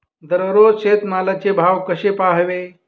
दररोज शेतमालाचे भाव कसे पहावे?